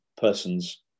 person's